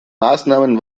maßnahmen